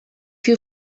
you